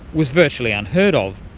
was virtually unheard of.